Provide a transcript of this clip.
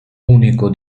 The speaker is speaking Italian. unico